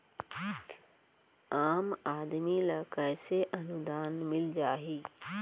आम आदमी ल कइसे अनुदान मिल जाही?